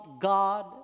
God